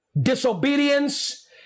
disobedience